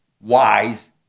Wise